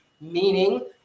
meaning